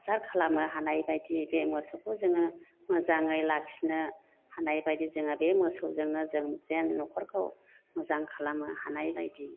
हासार खालामो हानाय बायदि बे मोसौखौ जोङो मोजाङै लाखिनो हानाय बायदि जोङो बे मोसौजोंनो जोङो जेन नखरखौ मोजां खालामो हानायबायदि